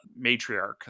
Matriarch